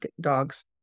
dogs